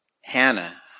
Hannah